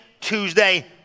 Tuesday